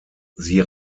sie